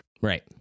Right